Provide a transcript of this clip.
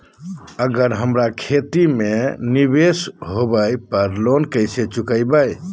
अगर हमरा खेती में निवेस होवे पर लोन कैसे चुकाइबे?